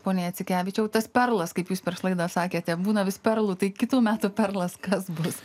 pone jacikevičiaus tas perlas kaip jūs per klaidą sakė tebūna vis perlų tai kitų metų perlas kas bus